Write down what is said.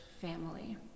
family